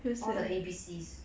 all the A_B_C